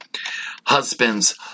Husbands